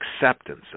acceptance